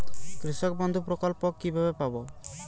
কৃষকবন্ধু প্রকল্প কিভাবে পাব?